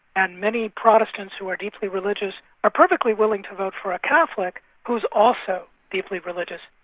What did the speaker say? and many protestants who are deeply religious are perfectly willing to vote for a catholic who's also deeply religious,